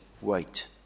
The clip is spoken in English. wait